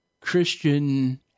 Christian